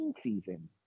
season